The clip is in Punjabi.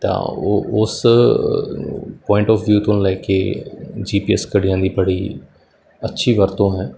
ਤਾਂ ਉਹ ਉਸ ਪੁਆਇੰਟ ਔਫ ਵਿਊ ਤੋਂ ਲੈ ਕੇ ਜੀ ਪੀ ਐਸ ਘੜੀਆਂ ਦੀ ਬੜੀ ਅੱਛੀ ਵਰਤੋਂ ਹੈ